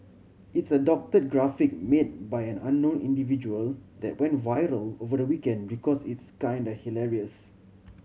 it's a doctored graphic made by an unknown individual that went viral over the weekend because it's kinda hilarious